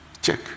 Check